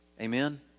Amen